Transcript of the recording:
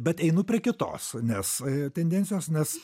bet einu prie kitos nes tendencijos nes